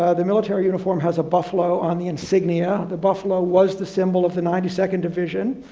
ah the military uniform has a buffalo on the insignia. the buffalo was the symbol of the ninety second division.